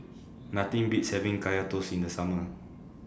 Nothing Beats having Kaya Toast in The Summer